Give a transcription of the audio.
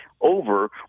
over